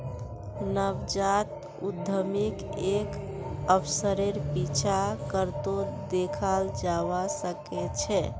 नवजात उद्यमीक एक अवसरेर पीछा करतोत दखाल जबा सके छै